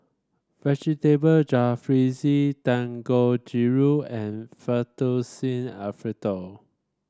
Vegetable Jalfrezi Dangojiru and Fettuccine Alfredo